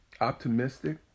optimistic